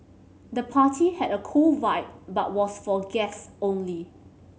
the party had a cool vibe but was for guests only